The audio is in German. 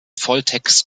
volltext